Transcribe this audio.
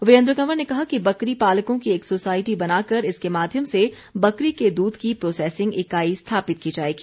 वीरेन्द्र कंवर ने कहा कि बकरी पालकों की एक सोसाइटी बनाकर इसके माध्यम से बकरी के दूध की प्रोसेसिंग इकाई स्थापित की जाएगी